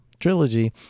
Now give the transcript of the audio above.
trilogy